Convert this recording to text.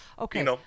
okay